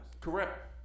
Correct